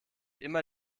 immer